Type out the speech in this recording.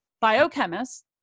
biochemist